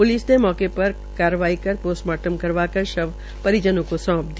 police ने मौके पर कार्रवाई कर पोस्टमार्टम करवाकर शव को परिजनों को सौंप दिया